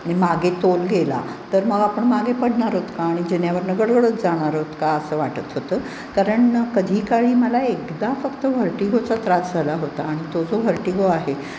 आणि मागे तोल गेला तर मग आपण मागे पडणार आहोत का आणि जिन्यावरनं गडगडत जाणार आहोत का असं वाटत होतं कारण कधी काळी मला एकदा फक्त व्हर्टिगोचा त्रास झाला होता आणि तो जो व्हर्टिगो आहे